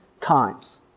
times